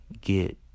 get